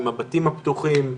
עם הבתים הפתוחים,